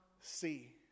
see